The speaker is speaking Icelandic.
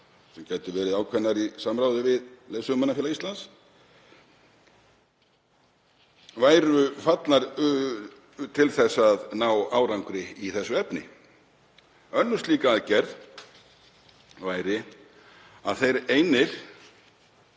sem gætu verið ákveðnar í samráði við Leiðsögumannafélag Íslands, væru til þess fallnar að ná árangri í þessu efni? Önnur slík aðgerð væri að þeir einir